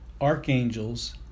archangels